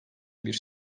bir